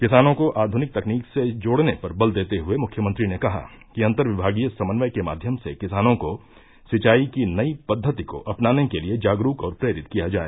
किसानों को आधुनिक तकनीक से जोड़ने पर बल देते हुए मुख्यमंत्री ने कहा कि अन्तर्विभागीय समन्वय के माध्यम से किसानों को सिंचाई की नयी पद्वति को अपनाने के लिये जागरूक और प्रेरित किया जाए